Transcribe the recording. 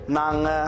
nang